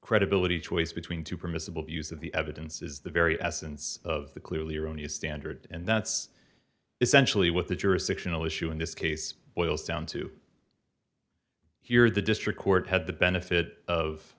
credibility choice between two permissible use of the evidence is the very essence of the clearly erroneous standard and that's essentially what the jurisdictional issue in this case boils down to here the district court had the benefit of